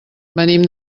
venim